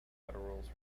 federals